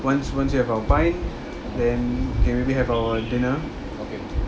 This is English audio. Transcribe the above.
once once you have our buy in then okay maybe have our dinner